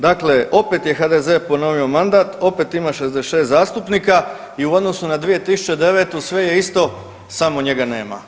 Dakle, opet je HDZ ponovio mandat, opet ima 66 zastupnika i u odnosu na 2009. sve je isto samo njega nema.